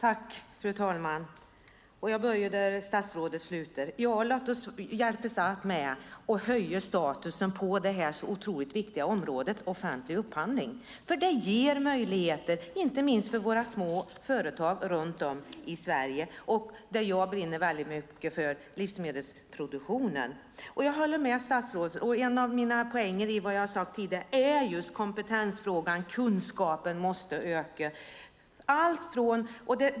Fru talman! Jag börjar där statsrådet slutar. Låt oss hjälpas åt med att höja statusen på det otroligt viktiga området offentlig upphandling! Det ger möjligheter inte minst för våra små företag runt om i Sverige och det jag brinner mycket för: livsmedelsproduktionen. En av mina poänger i det jag har sagt tidigare är just kompetensfrågan: kunskapen måste öka.